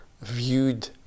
viewed